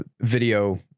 video